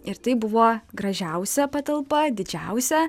ir tai buvo gražiausia patalpa didžiausia